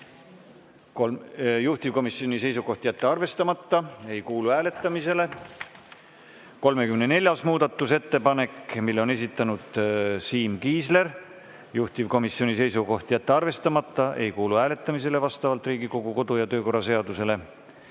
Juhtivkomisjoni seisukoht on jätta arvestamata. Ei kuulu hääletamisele. 34. muudatusettepanek. Selle on esitanud Siim Kiisler. Juhtivkomisjoni seisukoht on jätta arvestamata. Ei kuulu hääletamisele, vastavalt Riigikogu kodu‑ ja töökorra seadusele.